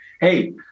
Hey